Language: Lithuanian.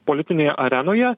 politinėj arenoje